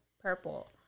purple